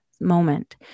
moment